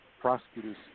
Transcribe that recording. prosecutors